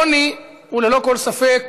עוני הוא ללא כל ספק